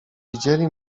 widzieli